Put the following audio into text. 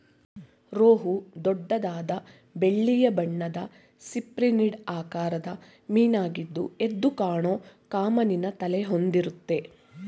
ರೋಹು ದೊಡ್ಡದಾದ ಬೆಳ್ಳಿಯ ಬಣ್ಣದ ಸಿಪ್ರಿನಿಡ್ ಆಕಾರದ ಮೀನಾಗಿದ್ದು ಎದ್ದುಕಾಣೋ ಕಮಾನಿನ ತಲೆ ಹೊಂದಿರುತ್ತೆ